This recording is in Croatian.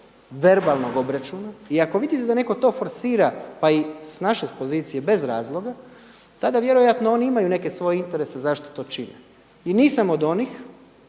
verbalnog obračuna i ako vidite da to neko forsira pa i s naše pozicije, bez razloga, tada vjerojatno oni imaju neke svoje interese zašto to čine. I nisam od onih